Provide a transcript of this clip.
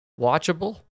Watchable